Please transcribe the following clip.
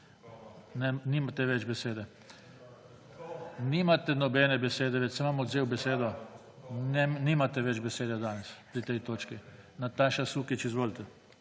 Nimate več besede. Nimate nobene besede več, sem vam vzel besedo. Ne, nimate več besede danes pri tej točki. Nataša Sukič, izvolite,